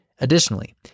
Additionally